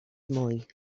mwy